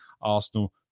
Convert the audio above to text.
Arsenal